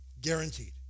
guaranteed